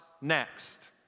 next